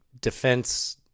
defense